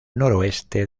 noroeste